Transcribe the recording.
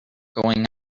going